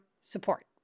support